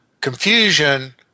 confusion